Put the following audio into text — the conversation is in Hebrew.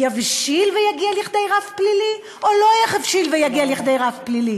יבשיל ויגיע לידי רף פלילי או לא יבשיל ויגיע לכדי רף פלילי?